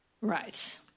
Right